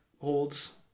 holds